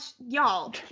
y'all